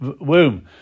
womb